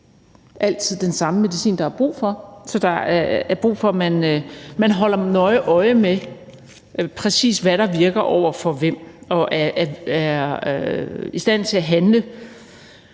altid den samme medicin, der er brug for. Så der er brug for, at man holder nøje øje med, præcis hvad der virker over for hvem, og er i stand til at handle